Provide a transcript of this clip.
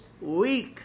week